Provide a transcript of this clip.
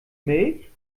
milch